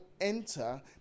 enter